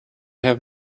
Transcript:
have